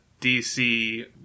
DC